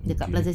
okay